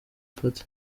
party